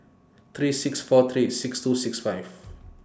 three six four three six two six five